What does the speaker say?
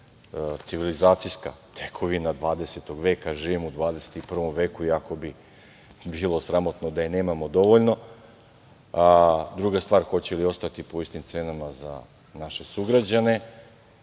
civilizacijska tekovina 20. veka, živimo u 21. veku i jako bi bilo sramotno da je nemamo dovoljno. Druga stvar, hoće li ostati po istim cenama za naše sugrađane? Dalje,